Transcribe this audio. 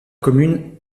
commune